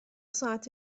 ساعت